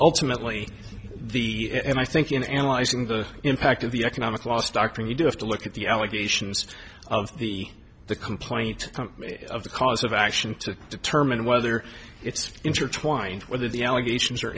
ltimately the and i think in analyzing the impact of the economic loss doctrine you do have to look at the allegations of the complaint of the cause of action to determine whether it's intertwined whether the allegations are